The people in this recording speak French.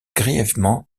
grièvement